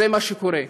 זה מה שקורה,